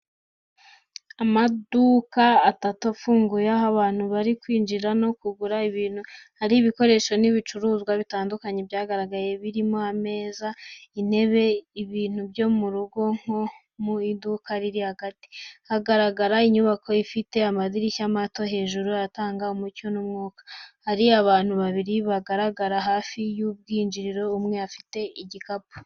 Amaduka atatu, afunguye, aho abantu bari kwinjira no kugura ibintu. Hari ibikoresho n’ibicuruzwa bitandukanye byagaragaye, birimo ameza, intebe, ibintu byo mu rugo nko mu iduka riri hagati. Haragaragara inyubako ifite amadirishya mato hejuru atanga umucyo n’umwuka. Hari abantu babiri bagaragara hafi y’ubwinjiriro, umwe afite igikapu.